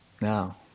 Now